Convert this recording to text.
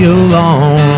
alone